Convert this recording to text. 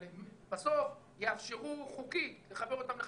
אבל אם בסוף יאפשרו חוקית לחבר אותם לחשמל,